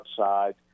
outside